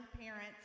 parents